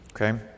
Okay